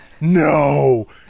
no